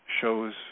shows